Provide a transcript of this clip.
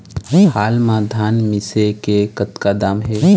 हाल मा धान मिसे के कतका दाम हे?